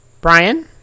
Brian